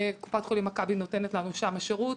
קופת חולים מכבי נותנת לנו שם שירות,